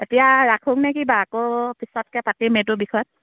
এতিয়া ৰাখো নে কি বাৰু আকৌ পিছতকে পাতিম এইটো বিষয়ত